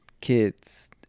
kids